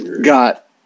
Got